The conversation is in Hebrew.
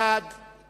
בעד, 32,